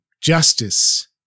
justice